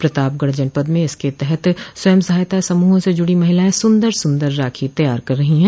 प्रतापगढ़ जनपद में इसके तहत स्वयं सहायता समूहों से जुड़ी महिलाएं सुंदर सुदर राखी तैयार कर रही है